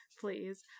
please